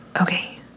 Okay